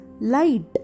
Light